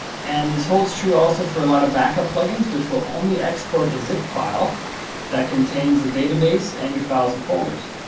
and this holds true also for a lot of backup plugins, which will only export a zip file that contains the database and your files and folders.